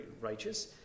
righteous